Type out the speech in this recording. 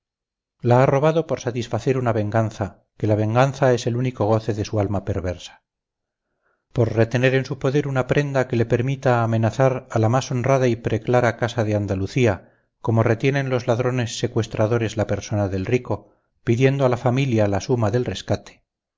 la ha robado por satisfacer una venganza que la venganza es el único goce de su alma perversa por retener en su poder una prenda que le permita amenazar a la más honrada y preclara casa de andalucía como retienen los ladrones secuestradores la persona del rico pidiendo a la familia la suma del rescate